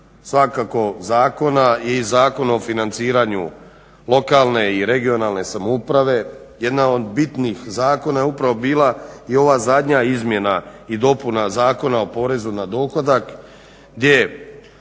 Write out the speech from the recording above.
svakako zakona je Zakon o financiranju lokalne i regionalne samouprave. jedan od bitnih zakona je upravo bila i ova zadnja izmjena i dopuna Zakona o porezu na dohodak gdje